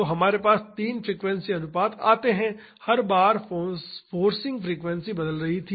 तो हमारे पास तीन फ्रीक्वेंसी अनुपात आते हैं हर बार फोर्सिंग फ्रेक्वेंसीस बदल रही थी